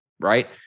Right